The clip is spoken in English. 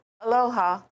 Aloha